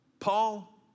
Paul